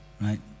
Right